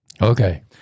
Okay